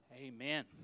Amen